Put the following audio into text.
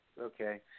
okay